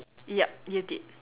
yup you did